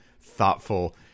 thoughtful